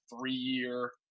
three-year